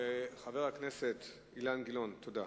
חבר הכנסת אילן גילאון, בבקשה.